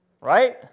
Right